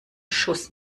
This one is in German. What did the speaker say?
schuss